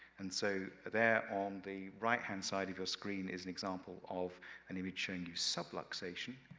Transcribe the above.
and so there on the right-hand side of your screen, is an example of an image showing you subluxation,